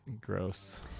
Gross